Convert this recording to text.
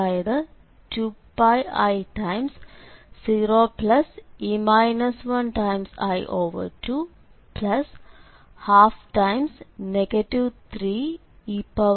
അതായത് 2πi0e 1i212 3ei2i